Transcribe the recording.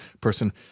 person